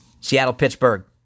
Seattle-Pittsburgh